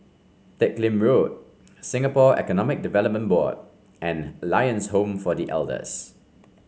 Teck Lim Road Singapore Economic Development Board and Lions Home for The Elders